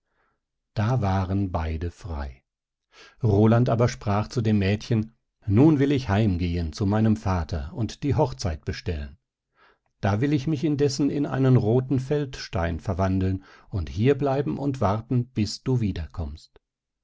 da waren beide frei roland aber sprach zu dem mädchen nun will ich heim gehen zu meinem vater und die hochzeit bestellen da will ich mich indessen in einen rothen feldstein verwandeln und hier bleiben und warten bis du wieder